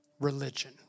religion